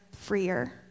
freer